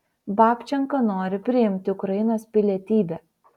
babčenka nori priimti ukrainos pilietybę